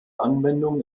anwendungen